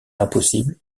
impossible